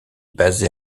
basé